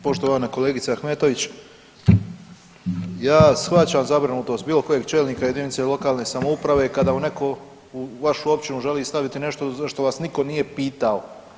Poštovana kolegice Ahmetović, ja shvaćam zabrinutost bilo kojeg čelnika jedinice lokalne samouprave kada netko u vašu općinu želi staviti nešto za što vas nitko nije pitao.